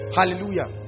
Hallelujah